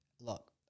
Look